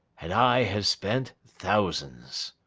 and i have spent thousands